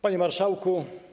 Panie Marszałku!